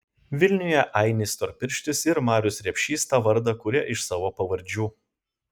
vilniuje ainis storpirštis ir marius repšys tą vardą kuria iš savo pavardžių